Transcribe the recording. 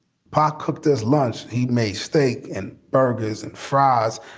pop cooked us lunch, he'd made steak and burgers and fries,